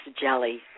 jelly